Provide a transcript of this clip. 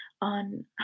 on